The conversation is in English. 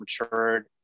matured